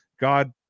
god